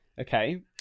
Okay